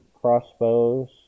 crossbows